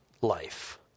life